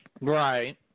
Right